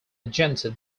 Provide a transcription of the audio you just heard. agency